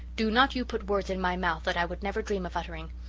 do not you put words in my mouth that i would never dream of uttering.